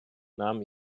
nahm